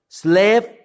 slave